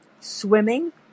swimming